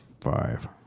five